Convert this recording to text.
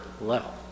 level